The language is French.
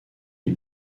est